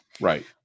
Right